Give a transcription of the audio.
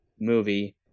movie